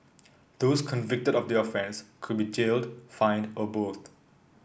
those convicted of the offence could be jailed fined or both